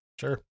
sure